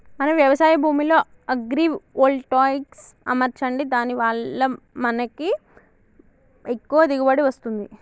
మన వ్యవసాయ భూమిలో అగ్రివోల్టాయిక్స్ అమర్చండి దాని వాళ్ళ మనకి ఎక్కువ దిగువబడి వస్తుంది